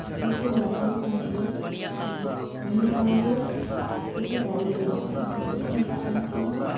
ᱵᱤᱪ ᱮᱢ ᱞᱟᱜᱟᱣ ᱞᱮᱠᱷᱟᱱ ᱜᱮ ᱱᱤᱭᱟᱹ ᱛᱟᱭᱚᱢ ᱫᱚ ᱟᱡ ᱛᱮᱜᱮ ᱫᱟᱨᱮ ᱦᱩᱭᱩᱜᱼᱟ ᱵᱤᱱᱟᱹ ᱫᱟᱜ ᱮᱢ ᱛᱮᱜᱮ